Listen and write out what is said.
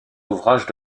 ouvrages